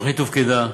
התוכנית הופקדה,